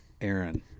Aaron